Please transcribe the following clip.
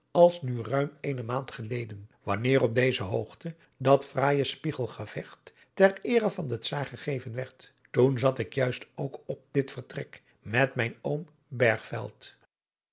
als nu ruim eene maand geleden wanneer op deze hoogte dat fraaije spiegelgevecht ter eere van den czaar gegeven werd toen zat ik juist ook op dit vertrek met mijn